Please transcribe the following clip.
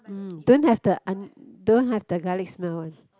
mm don't have the on~ don't have the garlic smell one